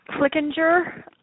Flickinger